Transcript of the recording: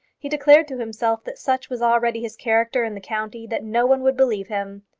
he declared to himself that such was already his character in the county that no one would believe him.